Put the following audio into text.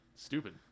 Stupid